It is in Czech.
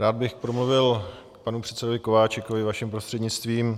Rád bych promluvil k panu předsedovi Kováčikovi vaším prostřednictvím.